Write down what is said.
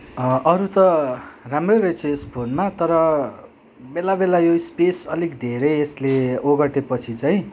अरू त राम्रै रहेछ यस फोनमा तर बेला बेला यो स्पेस अलिक धेरै यसले ओगटेपछि चाहिँ